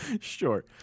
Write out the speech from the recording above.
Sure